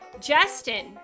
Justin